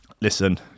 Listen